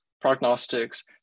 prognostics